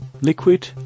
liquid